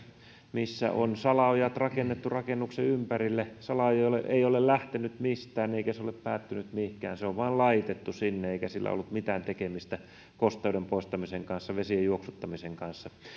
missä on salaojat rakennettu rakennuksen ympärille ja salaoja ei ole lähtenyt mistään eikä se ole päättynyt mihinkään se on vain laitettu sinne eikä sillä ole ollut mitään tekemistä kosteuden poistamisen vesien juoksuttamisen kanssa